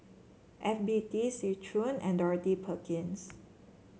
F B T Seng Choon and Dorothy Perkins